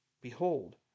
behold